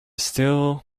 still